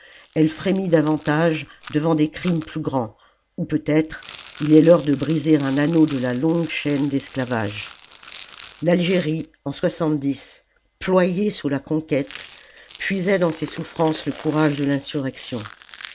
elle frémit davantage devant des crimes plus grands ou peut-être il est l'heure de briser un anneau de la longue chaîne d'esclavage l'algérie en ployée sous la conquête puisait dans ses souffrances le courage de l'insurrection